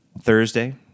Thursday